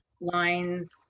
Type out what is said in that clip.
lines